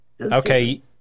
Okay